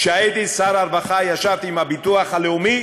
כשהייתי שר הרווחה ישבתי עם הביטוח הלאומי